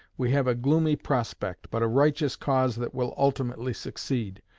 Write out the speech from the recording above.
we have a gloomy prospect, but a righteous cause that will ultimately succeed.